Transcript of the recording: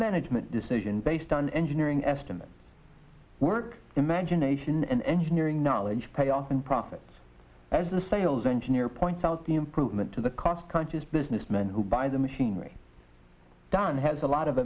management decision based on engineering estimate work imagination and engineering knowledge payoff and profits as the sales engineer points out the improvement to the cost conscious business men who buy the machinery done has a lot of